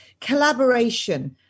collaboration